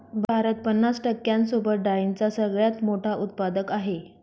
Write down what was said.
भारत पन्नास टक्के यांसोबत डाळींचा सगळ्यात मोठा उत्पादक आहे